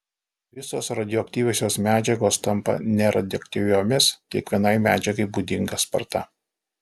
visos radioaktyviosios medžiagos tampa neradioaktyviomis kiekvienai medžiagai būdinga sparta